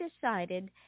decided